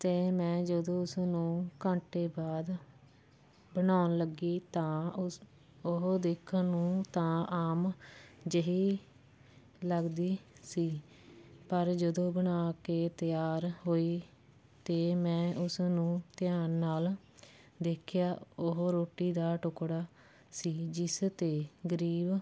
ਅਤੇ ਮੈਂ ਜਦੋਂ ਉਸ ਨੂੰ ਘੰਟੇ ਬਾਦ ਬਣਾਉਣ ਲੱਗੀ ਤਾਂ ਉਸ ਓਹ ਦੇਖਣ ਨੂੰ ਤਾਂ ਆਮ ਜਿਹੀ ਲੱਗਦੀ ਸੀ ਪਰ ਜਦੋਂ ਬਣਾ ਕੇ ਤਿਆਰ ਹੋਈ ਅਤੇ ਮੈਂ ਉਸਨੂੰ ਧਿਆਨ ਨਾਲ ਦੇਖਿਆ ਉਹ ਰੋਟੀ ਦਾ ਟੁਕੜਾ ਸੀ ਜਿਸ 'ਤੇ ਗਰੀਬ